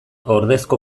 ordezko